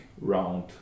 round